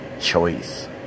choice